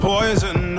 Poison